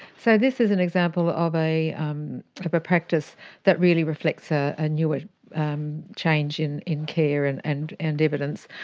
so this is an example of a um of a practice that really reflects a ah newer um change in in care and and and evidence,